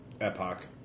epoch